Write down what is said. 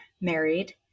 married